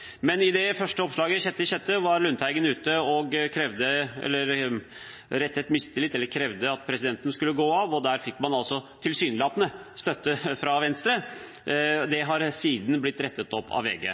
Men det tok noen dager, og jeg regner med at ingen har lest den korrigerte versjonen. Alle leser den første versjonen, og så dukker ikke den korrigerte versjonen opp på VG-nettsiden slik som det første oppslaget. I det første oppslaget, den 6. juni, var representanten Lundteigen ute og krevde at presidenten skulle gå av, og der fikk man tilsynelatende støtte fra Venstre. Det har siden blitt rettet opp av VG.